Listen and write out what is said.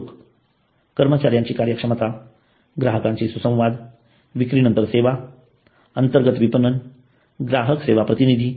लोक कर्मचाऱ्यांची कार्य क्षमता ग्राहक संवाद विक्री नंतर सेवा अंतर्गत विपणन ग्राहक सेवा प्रतिनिधी